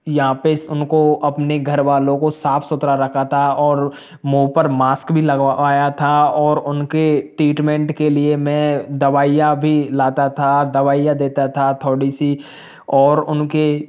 यहाँ पे उनको अपने घरवालों को साफ़ सुथरा रखा था और मुँह पर मास्क भी लगावाया था और उनके टीटमेंट के लिए मैं दवाइयाँ भी लाता था दवाइयाँ देता था थोड़ी सी और उनके